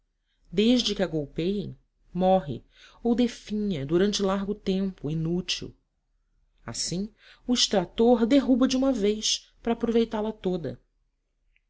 desde que a golpeiem morre ou definha durante largo tempo inútil assim o extrator derruba a de uma vez para aproveitá la toda